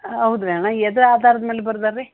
ಹೌದು ರಿ ಅಣ್ಣ ಎದ ಆಧಾರ್ದ ಮೇಲೆ ಬರ್ದಾರೆ ರೀ